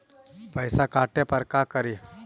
पैसा काटे पर का करि?